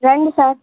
రండి సార్